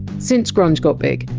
since grunge got big,